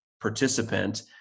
participant